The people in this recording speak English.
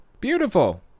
Beautiful